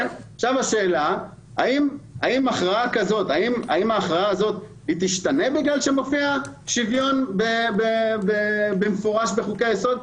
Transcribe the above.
האם הכרעה שכזו תשתנה בגלל שמופיע שוויון במפורש בחוקי היסוד?